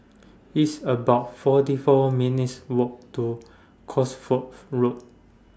It's about forty four minutes' Walk to Cos Fourth Road